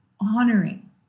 honoring